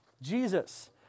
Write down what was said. Jesus